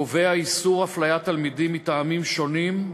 קובע איסור אפליית תלמידים מטעמים שונים,